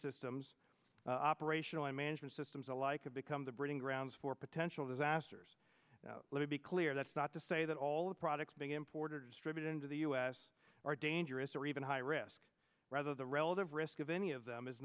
systems operational i management systems alike have become the breeding grounds for potential disasters let me be clear that's not to say that all the products being imported distributed into the us are dangerous or even high risk rather the relative risk of any of them is